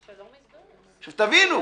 שתבינו,